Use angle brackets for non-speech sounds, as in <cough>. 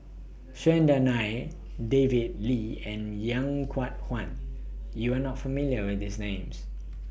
Chandran Nair David Lee and <unintelligible> Chuan YOU Are not familiar with These Names